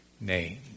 name